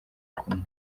kumwe